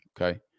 Okay